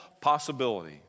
possibility